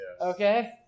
Okay